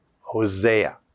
Hosea